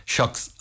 Shocks